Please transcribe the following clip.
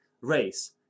race